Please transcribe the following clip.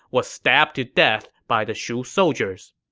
was stabbed to death by the shu soldiers.